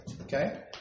Okay